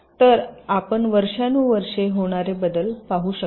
तर आपण वर्षानुवर्षे होणारे बदल पाहू शकता